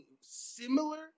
similar